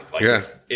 Yes